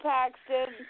Paxton